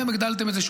אתם הגדלתם את זה,